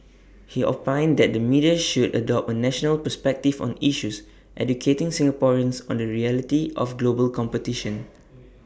he opined that the media should adopt A national perspective on issues educating Singaporeans on the reality of global competition